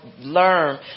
learn